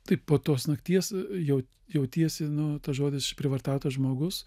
tai po tos nakties jau jautiesi nu tas žodis išprievartautas žmogus